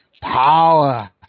Power